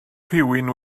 rhywun